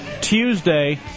Tuesday